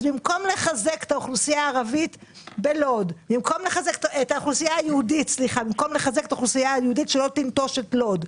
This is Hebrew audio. אז במקום לחזק את האוכלוסייה היהודית בלוד כדי שלא תנטוש את לוד,